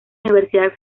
universidad